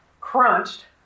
crunched